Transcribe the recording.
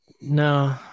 no